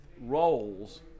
roles